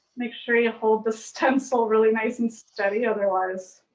make sure you hold the stencil really nice and steady, otherwise,